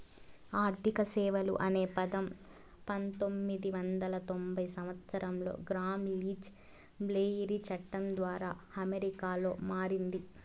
ఆర్థిక సేవలు అనే పదం పంతొమ్మిది వందల తొంభై సంవచ్చరంలో గ్రామ్ లీచ్ బ్లెయిలీ చట్టం ద్వారా అమెరికాలో మారింది